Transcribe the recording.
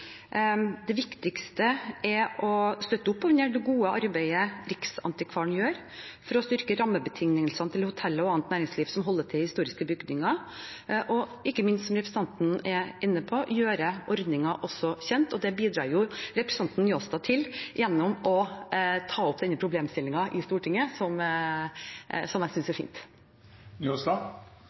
Det viktigste er å støtte opp under det gode arbeidet Riksantikvaren gjør for å styrke rammebetingelsene til hoteller og annet næringsliv som holder til i historiske bygninger, og ikke minst, som representanten er inne på, gjøre ordningen kjent. Det bidrar jo representanten Njåstad til gjennom å ta opp denne problemstillingen i Stortinget, som jeg synes er